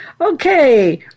Okay